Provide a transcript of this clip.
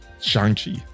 Shang-Chi